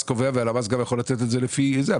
כי הלמ"ס קובע והלמ"ס גם יכול לתת את זה לפי זה,